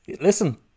Listen